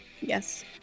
Yes